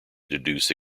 deduce